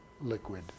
liquid